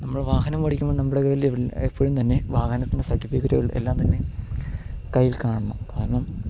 നമ്മൾ വാഹനമോടിക്കുമ്പോള് നമ്മുടെ കയ്യില് എപ്പോഴുംതന്നെ വാഹനത്തിൻ്റെ സർട്ടിഫിക്കറ്റുകൾ എല്ലാംതന്നെ കയ്യിൽ കാണണം കാരണം